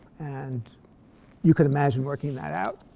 and you could imagine working that out.